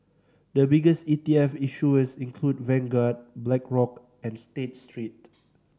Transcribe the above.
the biggest E T F issuers include Vanguard Blackrock and State Street